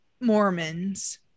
mormons